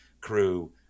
crew